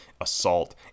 assault